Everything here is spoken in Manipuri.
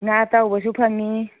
ꯉꯥ ꯑꯇꯥꯎꯕꯁꯨ ꯐꯪꯉꯤ